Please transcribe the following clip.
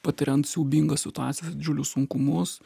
patiriant siaubingą situaciją didžiulius sunkumus